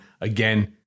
again